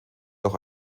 auch